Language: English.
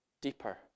deeper